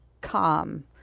calm